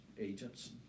agents